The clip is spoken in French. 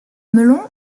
melon